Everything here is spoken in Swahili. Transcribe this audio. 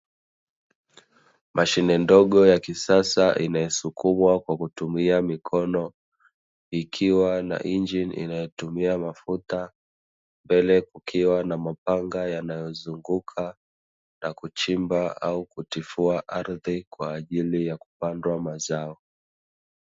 Mashine ndogo ya kisasa inayosukumwa kwa kutumia mikono ikiwa na injini inayotumia mafuta, mbele kukiwa na mapanga yanayozunguka na kuchimba au kutifua ardhi kwaajili ya kupandwa mazao.